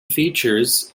features